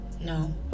No